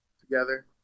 together